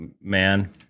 man